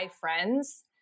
friends